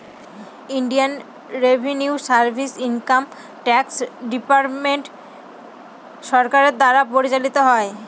Indian revenue service income tax department সরকারের দ্বারা পরিচালিত হয়